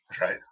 Right